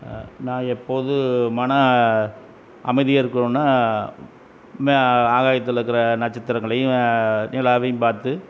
நான் எப்போது மன அமைதியாக இருக்கணுன்னால் ஆகாயத்தில் இருக்கிற நட்சத்திரங்களையும் நிலாவையும் பார்த்து